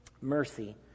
mercy